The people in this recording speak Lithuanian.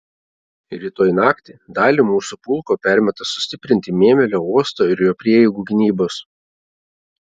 rytoj naktį dalį mūsų pulko permeta sustiprinti mėmelio uosto ir jo prieigų gynybos